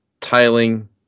tailing